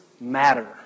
matter